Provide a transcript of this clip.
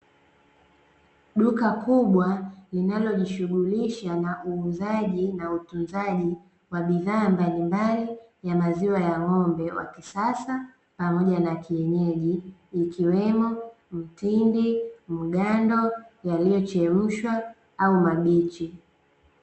Duka kubwa linalojishughulisha na uuzaji na utunzaji wa bidhaa mbalimbali ya maziwa ya ng'ombe wa kisasa pamoja na kienyeji, ikiwemo: mtindi, mgando; yaliyochemshwa au mabichi.